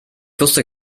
wusste